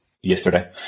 yesterday